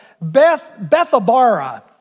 Bethabara